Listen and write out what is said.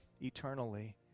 eternally